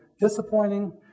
disappointing